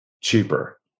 cheaper